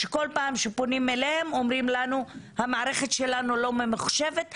שכל פעם שפונים אליהם אומרים לנו: המערכת שלנו לא ממוחשבת,